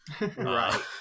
Right